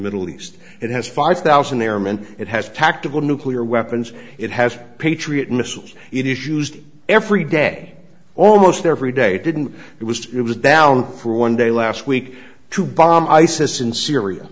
middle east it has five thousand airmen it has tactical nuclear weapons it has patriot missiles it issues every day almost every day didn't it was it was down for one day last week to bomb isis in syria